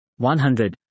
100